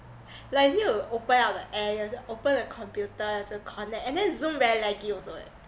like need to open up the app you have to open the computer to connect and then zoom very laggy also eh